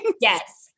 Yes